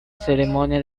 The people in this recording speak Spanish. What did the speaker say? ceremonia